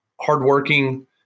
hardworking